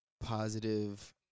positive